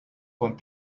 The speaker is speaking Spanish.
con